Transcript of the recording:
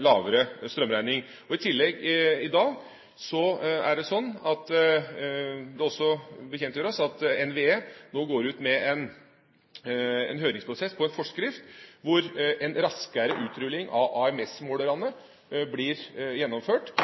lavere strømregning. I tillegg bekjentgjøres det i dag at NVE nå går ut med en høringsprosess på en forskrift hvor en raskere utrulling av AMS-målerne blir gjennomført,